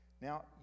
Now